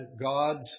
God's